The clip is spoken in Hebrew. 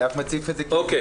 גם חברת ק.א.ל.